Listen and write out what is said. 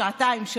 שעתיים,